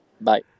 bye